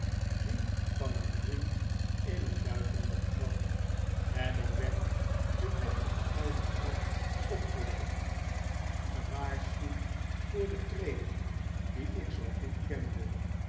die van een vriend in het buitenland kwam en ik werd de deftige oude trap opgeleid